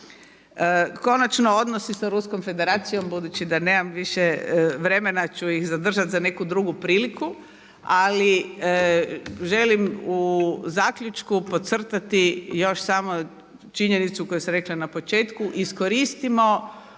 Konačno, odnosi sa Ruskom Federacijom budući da nemam više vremena ću ih zadržati za neku drugu priliku, ali želim u zaključku podcrtati još samo činjenicu koju sam rekla na početku iskoristimo